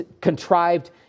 contrived